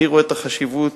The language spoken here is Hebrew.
אני רואה היום את החשיבות